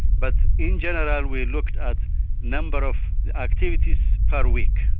but in general we looked at number of activities per week.